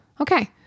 okay